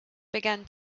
began